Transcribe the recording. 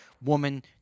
woman